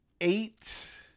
Eight